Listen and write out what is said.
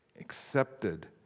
accepted